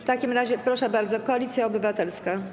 W takim razie proszę bardzo, Koalicja Obywatelska.